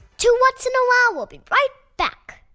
two whats? and a wow? will be right back.